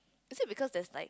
does it because there's like